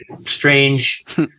strange